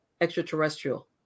extraterrestrial